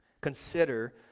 Consider